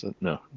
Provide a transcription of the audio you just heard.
No